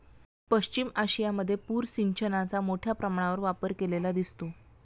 पश्चिम आशियामध्ये पूर सिंचनाचा मोठ्या प्रमाणावर वापर केलेला दिसतो